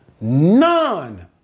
None